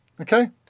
Okay